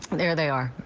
there they are.